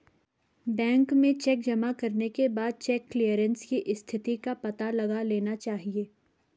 bank में cheque जमा करने के बाद चेक क्लेअरन्स की स्थिति का पता लगा लेना चाहिए